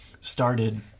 started